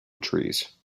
trees